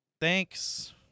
Thanks